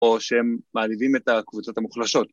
‫או שהם מעליבים את הקבוצות המוחלשות.